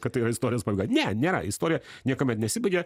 kad tai yra istorijos pabaiga ne nėra istorija niekuomet nesibaigia